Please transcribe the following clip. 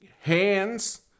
hands